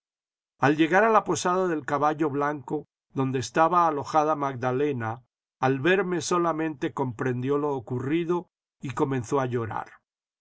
al llegar a la posada del caballlo blanco donde estaba alojada magdalena al verme solamente comprendió lo ocurrido y comenzó a llorar